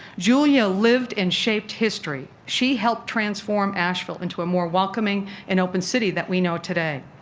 julia lived and shaped history. she helped transform asheville into a more welcoming and open city that we know today.